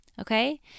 okay